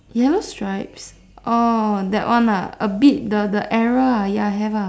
yellow stripes oh that one ah a bit the the error ah ya have ah